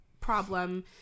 problem